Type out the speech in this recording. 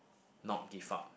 not give up